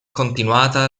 continuata